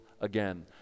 again